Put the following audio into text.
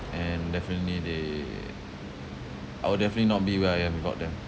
and definitely they I would definitely not be where I am without them